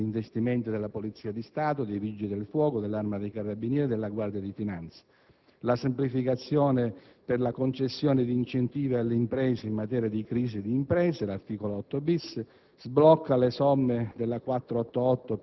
il Fondo per l'acquisizione di beni e servizi per investimenti della Polizia di Stato, dei Vigili del fuoco, dell'Arma dei carabinieri e della Guardia di finanza. La semplificazione per la concessione di incentivi alle imprese in materia di crisi di imprese (articolo 8-*bis*)